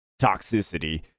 toxicity